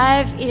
Life